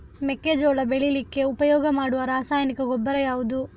ಮೆಕ್ಕೆಜೋಳ ಬೆಳೀಲಿಕ್ಕೆ ಉಪಯೋಗ ಮಾಡುವ ರಾಸಾಯನಿಕ ಗೊಬ್ಬರ ಯಾವುದು?